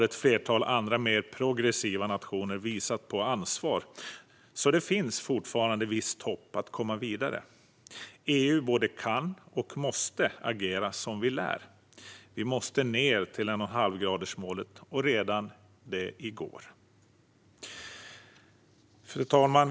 Ett flertal andra mer progressiva nationer har emellertid visat ansvar, så det finns fortfarande ett visst hopp om att komma vidare. EU både kan och måste agera som det lär. Vi måste ned till 1,5-gradersmålet, och det redan i går. Fru talman!